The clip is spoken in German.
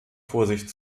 vorsicht